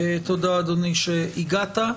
תודה, אדוני, שהגעת.